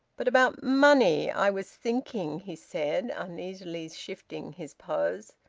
but about money, i was thinking, he said, uneasily shifting his pose.